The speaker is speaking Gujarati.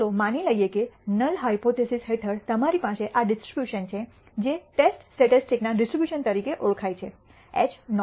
ચાલો માની લઈએ કે નલ હાયપોથીસિસ હેઠળ તમારી પાસે આ ડિસ્ટ્રીબ્યુશન છે જે ટેસ્ટ સ્ટેટિસ્ટિક્સ ના ડિસ્ટ્રીબ્યુશન તરીકે ઓળખાય છે h નૉટ